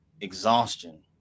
exhaustion